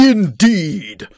Indeed